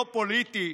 לא פוליטי,